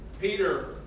Peter